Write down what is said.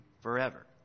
forever